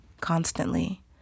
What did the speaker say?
constantly